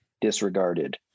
disregarded